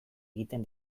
egiten